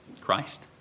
Christ